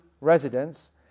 residents